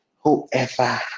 whoever